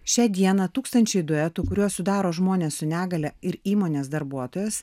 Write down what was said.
šią dieną tūkstančiai duetų kuriuos sudaro žmonės su negalia ir įmonės darbuotojas